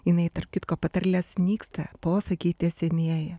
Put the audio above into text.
jinai tarp kitko patarlės nyksta posakiai tie senieji